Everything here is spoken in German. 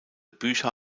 bücher